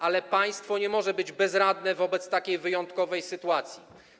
Ale państwo nie może być bezradne wobec takiej wyjątkowej sytuacji.